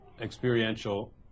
experiential